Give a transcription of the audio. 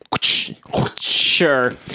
Sure